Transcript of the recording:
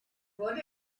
wurde